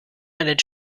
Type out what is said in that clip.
einen